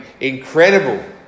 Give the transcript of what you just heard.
incredible